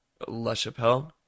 LaChapelle